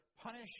punish